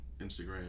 Instagram